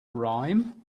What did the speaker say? rhyme